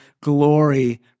glory